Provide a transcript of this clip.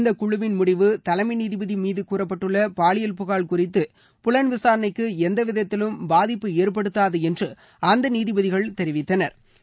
இந்த குழுவின் முடிவு தலைமை நீதிபதி மீது கூறப்பட்டுள்ள பாலியல் புகாா் குறித்து புலன் விசாரணைக்கு எந்தவிதத்திலும் பாதிப்பு ஏற்படுத்தாது என்று அந்த நீதிபதிகள் தெரிவித்தனா்